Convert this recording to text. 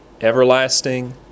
everlasting